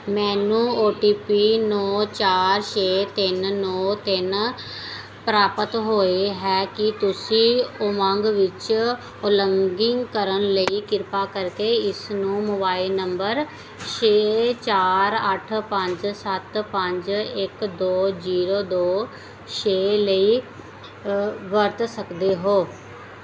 ਮੈਨੂੰ O T P ਨੌਂ ਚਾਰ ਛੇ ਤਿੰਨ ਨੌਂ ਤਿੰਨ ਪ੍ਰਾਪਤ ਹੋਈ ਹੈ ਕੀ ਤੁਸੀਂ ਉਮੰਗ ਵਿੱਚ ਓਲੰਗਿੰਗ ਕਰਨ ਲਈ ਕਿਰਪਾ ਕਰਕੇ ਇਸਨੂੰ ਮੋਬਾਈਲ ਨੰਬਰ ਛੇ ਚਾਰ ਅੱਠ ਪੰਜ ਸੱਤ ਪੰਜ ਇੱਕ ਦੋ ਜੀਰੋ ਦੋ ਛੇ ਲਈ ਵਰਤ ਸਕਦੇ ਹੋ